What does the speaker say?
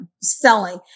selling